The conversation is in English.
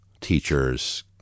teachers